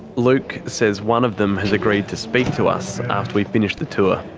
luke says one of them has agreed to speak to us after we finish the tour.